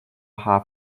half